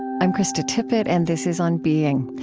i'm krista tippett, and this is on being.